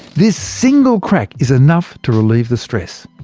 this single crack is enough to relieve the stress.